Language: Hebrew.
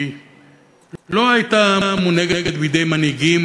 היא לא הייתה מונהגת בידי מנהיגים,